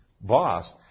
boss